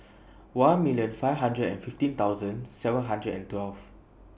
Pick one million five hundred and fifteen thousand seven hundred and twelve